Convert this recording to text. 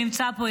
שנמצא פה,